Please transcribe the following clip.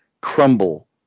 crumble